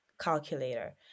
calculator